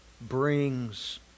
brings